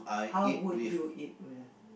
how would you eat with